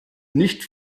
nicht